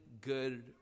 good